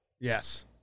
Yes